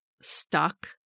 stuck